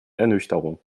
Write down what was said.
ernüchterung